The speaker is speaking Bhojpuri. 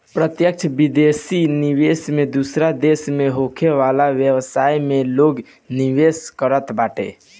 प्रत्यक्ष विदेशी निवेश में दूसरा देस में होखे वाला व्यवसाय में लोग निवेश करत बाटे